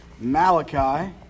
Malachi